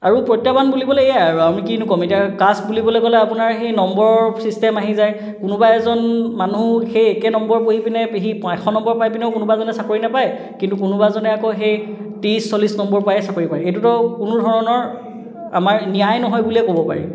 আৰু প্ৰত্যাহ্বান বুলিবলৈ এইয়াই আৰু আমি কিনো ক'ম এতিয়া কাষ্ট বুলিবলৈ আপোনাৰ সেই নম্বৰ চিষ্টেম আহি যায় কোনোবা এজন মানুহ সেই একে নম্বৰ পঢ়ি পিনে সি এশ নম্বৰ পাই পিনেও কোনোবাজনে চাকৰি নাপায় কিন্তু কোনোবাজনে আকৌ সেই ত্ৰিছ চল্লিছ নম্বৰ পাইয়েই চাকৰি পায় এইটোটো কোনো ধৰণৰ আমাৰ ন্যায় নহয় বুলিয়েই ক'ব পাৰি